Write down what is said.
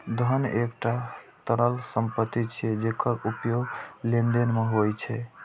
धन एकटा तरल संपत्ति छियै, जेकर उपयोग लेनदेन मे होइ छै